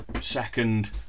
second